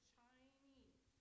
Chinese